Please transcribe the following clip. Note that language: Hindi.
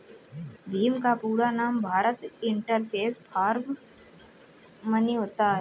भीम का पूरा नाम भारत इंटरफेस फॉर मनी होता है